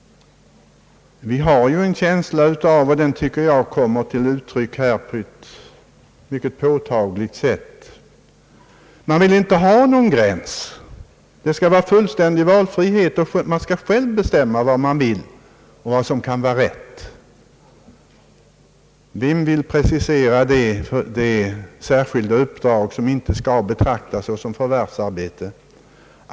Vi har en känsla — och den tycker jag kommer till uttryck här på ett mycket påtagligt sätt — av att man inte vill ha någon gräns. Det skall vara fullständig valfrihet. Man skall själv bestämma vad man vill och vad som kan vara rätt. Vem vill precisera det uppdrag som inte skall betraktas som särskilt förvärvsarbete?